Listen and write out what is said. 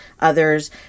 others